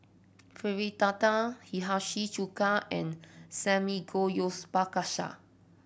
Fritada Hiyashi Chuka and Samgeyopsal